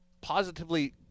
positively